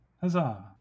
Huzzah